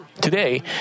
Today